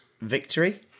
victory